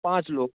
पाँच लोग